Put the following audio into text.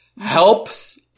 helps